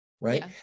right